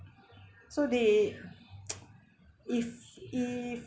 so they if if